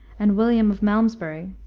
and william of malmesbury,